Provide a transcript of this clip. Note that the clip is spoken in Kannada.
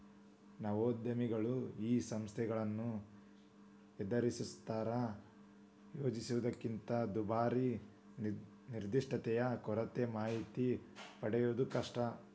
ನವೋದ್ಯಮಿಗಳು ಈ ಸಮಸ್ಯೆಗಳನ್ನ ಎದರಿಸ್ತಾರಾ ಯೋಜಿಸಿದ್ದಕ್ಕಿಂತ ದುಬಾರಿ ನಿರ್ದಿಷ್ಟತೆಯ ಕೊರತೆ ಮಾಹಿತಿ ಪಡೆಯದು ಕಷ್ಟ